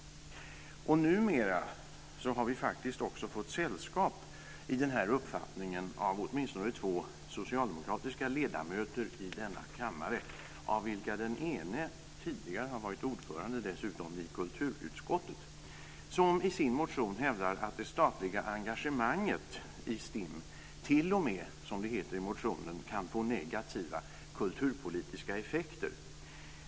Numera har vi faktiskt också fått sällskap i den uppfattningen av åtminstone två socialdemokratiska ledamöter i denna kammare av vilka den ene dessutom tidigare har varit ordförande i kulturutskottet. De hävdar i sin motion att det statliga engagemanget i STIM t.o.m., som det heter i motionen, kan få negativa kulturpolitiska effekter.